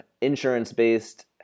insurance-based